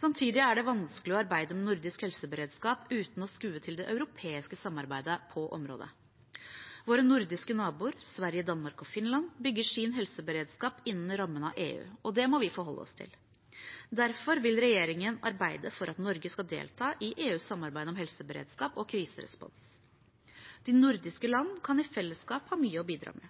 Samtidig er det vanskelig å arbeide med nordisk helseberedskap uten å skue til det europeiske samarbeidet på området. Våre nordiske naboer – Sverige, Danmark og Finland – bygger sin helseberedskap innen rammene av EU. Det må vi forholde oss til. Derfor vil regjeringen arbeide for at Norge skal delta i EUs samarbeid om helseberedskap og kriserespons. De nordiske landene kan i fellesskap ha mye å bidra med.